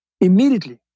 immediately